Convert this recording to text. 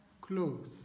clothes